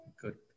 good